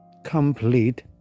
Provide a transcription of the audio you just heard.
complete